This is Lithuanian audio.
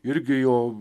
irgi jo